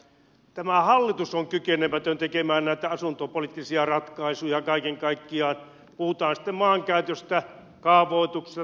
tämä hallitus on kykenemätön tekemään näitä asuntopoliittisia ratkaisuja kaiken kaikkiaan puhutaan sitten maankäytöstä kaavoituksesta tai tonttipolitiikasta